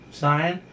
sign